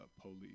police